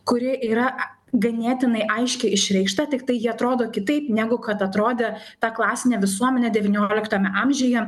kuri yra ganėtinai aiškiai išreikšta tiktai ji atrodo kitaip negu kad atrodė ta klasinė visuomenė devynioliktame amžiuje